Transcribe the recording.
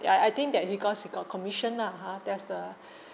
ya I think that because he got commission ah ha that's the